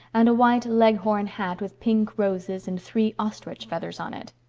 and a white leghorn hat with pink roses and three ostrich feathers on it.